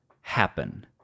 happen